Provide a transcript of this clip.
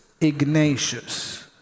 Ignatius